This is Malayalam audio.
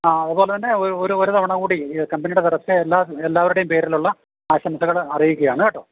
ആ അതുപോലെതന്നെ ഒരു ഒരു തവണ കൂടി ഈ കമ്പനിയുടെ എല്ലാ എല്ലാവരുടെയും പേരിലുള്ള ആശംസകൾ അറിയിക്കുകയാണ് കേട്ടോ